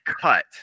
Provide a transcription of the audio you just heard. cut